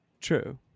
True